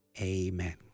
Amen